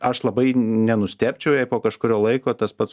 aš labai nenustebčiau jei po kažkurio laiko tas pats